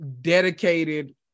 dedicated